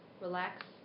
relax